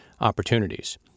opportunities